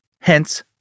Hence